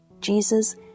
Jesus